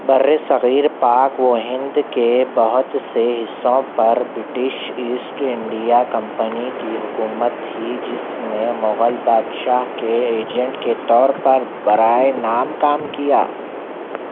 برصغیر پاک و ہند کے بہت سے حصوں پر برٹش ایسٹ انڈیا کمپنی کی حکومت تھی جس نے مغل بادشاہ کے ایجنٹ کے طور پر برائے نام کام کیا